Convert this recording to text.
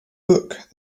book